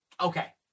okay